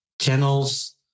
channels